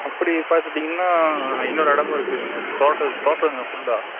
அப்படி பார்த்துட்டிங்கனா இன்னொரு இடமும் இருக்குதுங்க தோட்டம் தோட்டங்க ஃபுல்லாக